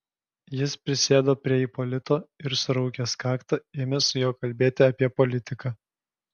jis prisėdo prie ipolito ir suraukęs kaktą ėmė su juo kalbėti apie politiką